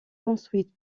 construite